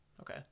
Okay